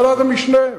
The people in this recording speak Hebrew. ועדת המשנה.